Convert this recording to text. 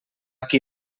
qui